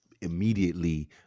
immediately